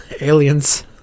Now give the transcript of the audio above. aliens